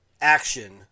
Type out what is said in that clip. action